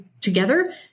together